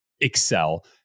excel